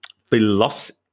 philosophy